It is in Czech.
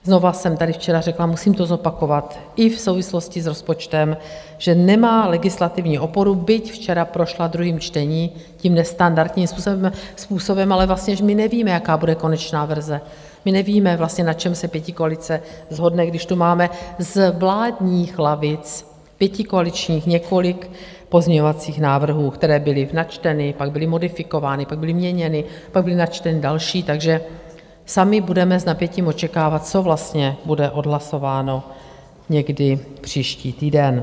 Znovu jsem tady včera řekla, musím to zopakovat i v souvislosti s rozpočtem, že nemá legislativní oporu, byť včera prošla druhým čtením tím nestandardním způsobem, ale vlastně my nevíme, jaká bude konečná verze, my nevíme vlastně, na čem se pětikoalice shodne, když tu máme z vládních lavic, pětikoaličních, několik pozměňovacích návrhů, které byly načteny, pak byly modifikovány, pak byly měněny, pak byly načteny další, takže sami budeme s napětím očekávat, co vlastně bude odhlasováno někdy příští týden.